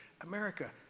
America